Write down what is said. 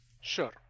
Sure